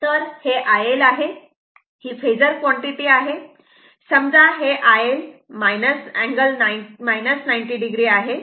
तर हे iL आहे ही फेजर क्वांटिटी आहे समजा हे iLअँगल 90 o आहे